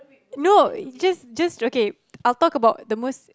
no just just okay I'll talk about the most